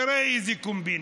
תראו איזה קומבינה: